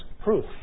proof